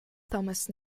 thomas